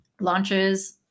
launches